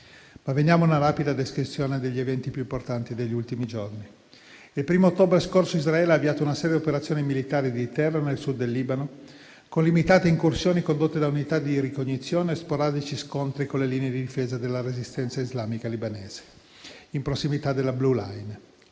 Veniamo ora ad una rapida descrizione degli eventi più importanti degli ultimi giorni. Il 1° ottobre scorso Israele ha avviato una serie di operazioni militari di terra nel Sud del Libano, con limitate incursioni condotte da unità di ricognizione e sporadici scontri con le linee di difesa della resistenza islamica libanese, in prossimità della *blue line*.